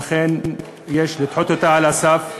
ולכן יש לדחות אותה על הסף.